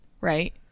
Right